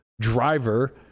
driver